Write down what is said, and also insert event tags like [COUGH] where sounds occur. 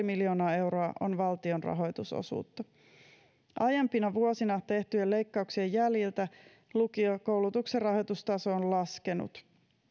[UNINTELLIGIBLE] miljoonaa euroa on valtion rahoitusosuutta aiempina vuosina tehtyjen leikkauksien jäljiltä lukiokoulutuksen rahoitustaso on laskenut